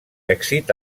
èxit